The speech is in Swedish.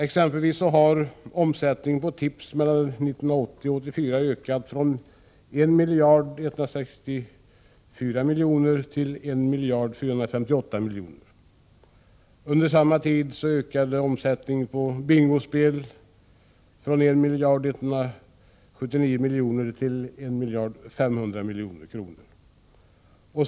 Så har t.ex. omsättningen på tips från år 1980 till år 1984 ökat från 1 164 milj.kr. till 1458 milj.kr. samtidigt som omsättningen på bingo ökat från 1 179 milj.kr. till 1 500 milj.kr.